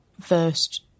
first